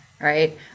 right